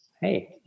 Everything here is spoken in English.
hey